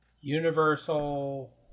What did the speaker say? Universal